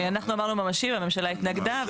אנחנו אמרנו "ממשי" והממשלה התנגדה,